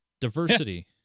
Diversity